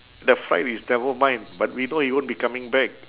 the fright is never mind but we know we won't be coming back